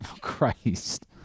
Christ